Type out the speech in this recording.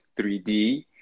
3D